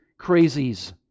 crazies